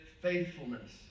faithfulness